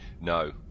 No